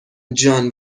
جان